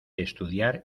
estudiar